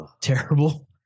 Terrible